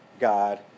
God